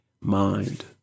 mind